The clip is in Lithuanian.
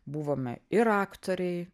buvome ir aktoriai